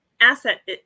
asset